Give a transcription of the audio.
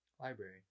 Library